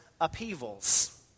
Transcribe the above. upheavals